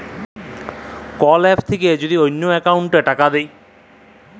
call app থাক্যে যদি অল্লো অকৌলটে টাকা দেয়